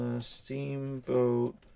Steamboat